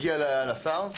הגיעה לשר,